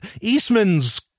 Eastman's